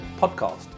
Podcast